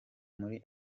muri